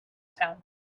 town